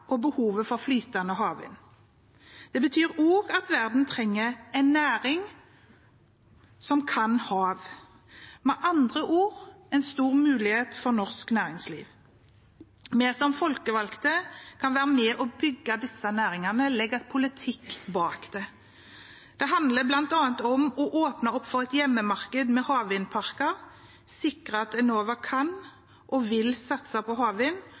økt behovet for havvinder. Installasjonene må derfor av land og lenger ut på havet. Det betyr dypere farvann og behov for flytende havvind. Det betyr også at verden trenger en næring som kan hav. Med andre ord er det en stor mulighet for norsk næringsliv. Vi som folkevalgte kan være med og bygge disse næringene, legge politikk bak det. Det handler bl.a. om å åpne opp for et hjemmemarked med havvindparker,